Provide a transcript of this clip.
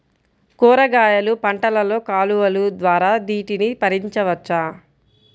కూరగాయలు పంటలలో కాలువలు ద్వారా నీటిని పరించవచ్చా?